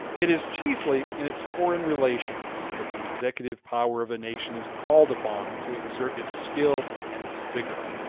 it is chiefly in its foreign relations that the executive power of a nation is called upon to exert its skill and its vigor.